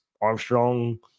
Armstrong